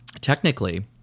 Technically